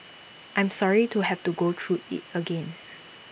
I am sorry to have to go through IT again